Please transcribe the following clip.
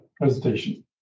presentation